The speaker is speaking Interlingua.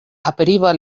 aperiva